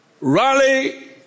rally